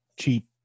cheap